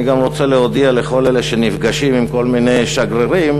אני גם רוצה להודיע לכל אלה שנפגשים עם כל מיני שגרירים,